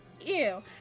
ew